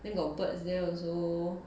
then got birds there also